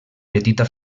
petita